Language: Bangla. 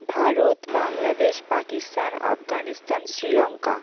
ভারত বাংলাদেশ পাকিস্তান আফগানিস্তান শ্রীলঙ্কা